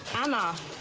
i'm off,